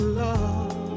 love